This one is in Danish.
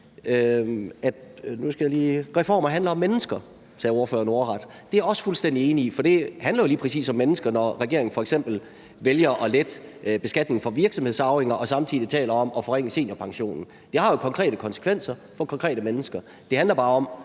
reformer handler om mennesker – det sagde ordføreren ordret. Det er jeg også fuldstændig enig i, for det handler jo lige præcis om mennesker, når regeringen f.eks. vælger at lette beskatningen for virksomhedsarvinger og samtidig taler om at forringe seniorpensionen. Det har jo konkrete konsekvenser for konkrete mennesker. Det handler bare om,